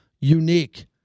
unique